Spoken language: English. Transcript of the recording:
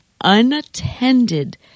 unattended